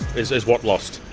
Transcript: is is what lost?